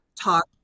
talk